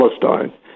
Palestine